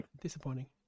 disappointing